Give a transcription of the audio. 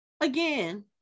again